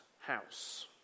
house